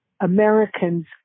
Americans